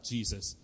Jesus